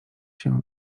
się